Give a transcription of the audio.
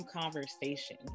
conversation